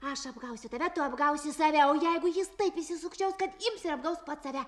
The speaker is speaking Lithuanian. aš apgausiu tave tu apgausi save o jeigu jis taip įsisukčiaus kad ims ir apgaus pats save